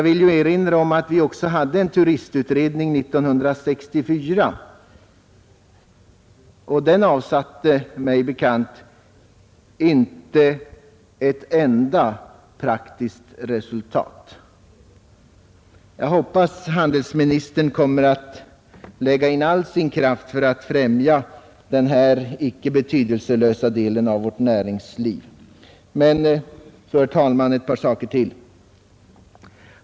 Vi hade ju en turistutredning 1964, och denna avsatte, enligt vad som är mig bekant, inte ett enda praktiskt resultat. Jag hoppas att handelsministern kommer att lägga in all sin kraft för att främja den här icke betydelselösa delen av vårt näringsliv. Så ett par saker till.